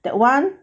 that one